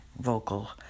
vocal